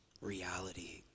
reality